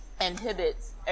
inhibits